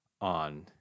on